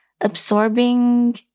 absorbing